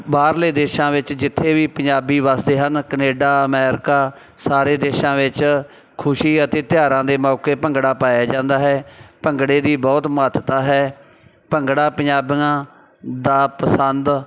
ਬਾਹਰਲੇ ਦੇਸ਼ਾਂ ਵਿੱਚ ਜਿੱਥੇ ਵੀ ਪੰਜਾਬੀ ਵੱਸਦੇ ਹਨ ਕਨੇਡਾ ਅਮੈਰੀਕਾ ਸਾਰੇ ਦੇਸ਼ਾਂ ਵਿੱਚ ਖੁਸ਼ੀ ਅਤੇ ਤਿਉਹਾਰਾਂ ਦੇ ਮੌਕੇ ਭੰਗੜਾ ਪਾਇਆ ਜਾਂਦਾ ਹੈ ਭੰਗੜੇ ਦੀ ਬਹੁਤ ਮਹੱਤਤਾ ਹੈ ਭੰਗੜਾ ਪੰਜਾਬੀਆਂ ਦਾ ਪਸੰਦ